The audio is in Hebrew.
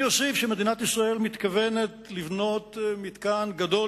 אני אוסיף שמדינת ישראל מתכוונת לבנות מתקן גדול